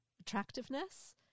attractiveness